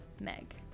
Meg